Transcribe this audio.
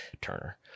Turner